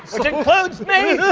which includes me.